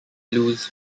blues